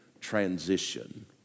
transition